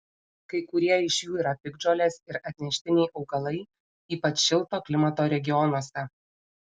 kai kurie iš jų yra piktžolės ir atneštiniai augalai ypač šilto klimato regionuose